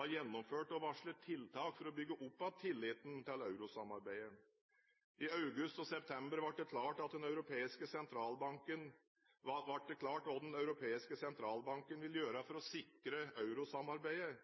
har gjennomført og varslet tiltak for å bygge opp igjen tilliten til eurosamarbeidet. I august og september ble det klart hva Den europeiske sentralbanken vil gjøre for å sikre eurosamarbeidet,